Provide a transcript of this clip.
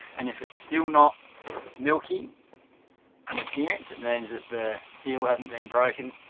and if it's still not milky in appearance it means that the seal hasn't been broken